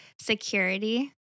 security